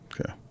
Okay